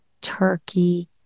Turkey